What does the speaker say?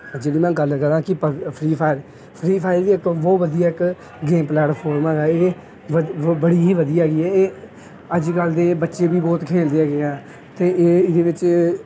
ਜਿਹੜੀ ਮੈਂ ਗੱਲ ਕਰਾਂ ਕਿ ਪ ਫਰੀ ਫਾਇਰ ਫਰੀ ਫਾਇਰ ਵੀ ਇੱਕ ਬਹੁਤ ਵਧੀਆ ਇੱਕ ਗੇਮ ਪਲੇਟਫਾਰਮ ਹੈਗਾ ਇਹ ਬ ਬ ਬੜੀ ਹੀ ਵਧੀਆ ਹੈਗੀ ਇਹ ਅੱਜ ਕੱਲ੍ਹ ਦੇ ਬੱਚੇ ਵੀ ਬਹੁਤ ਖੇਡਦੇ ਹੈਗੇ ਆ ਅਤੇ ਇਹ ਇਹਦੇ ਵਿੱਚ